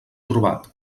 trobat